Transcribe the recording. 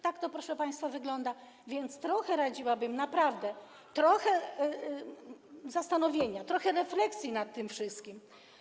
Tak to, proszę państwa, wygląda, więc radziłabym: naprawdę trochę zastanowienia, trochę refleksji nad tym wszystkim.